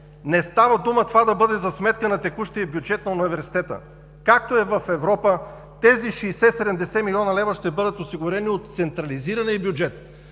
не става дума това да бъде за сметка на текущия бюджет на университета, както е в Европа, тези 60 – 70 млн. лв. ще бъдат осигурени от централизирания бюджет.